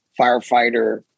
firefighter